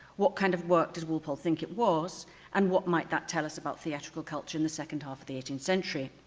what kind of work does walpole think it was and what might that tell us about theatrical culture in the second half of the eighteenth century?